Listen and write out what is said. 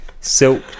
silk